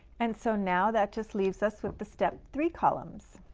and so now that just leaves us with the step three columns.